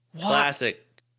classic